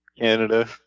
Canada